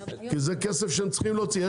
כי זה כסף שהם צריכים להוציא.